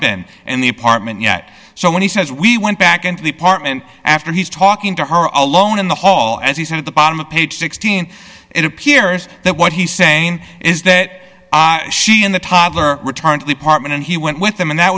been in the apartment yet so when he says we went back into the apartment after he's talking to her alone in the hall all as he said at the bottom of page sixteen it appears that what he's saying is that she and the toddler return to the apartment and he went with them and that